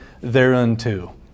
thereunto